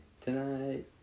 tonight